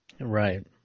Right